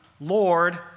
Lord